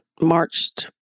marched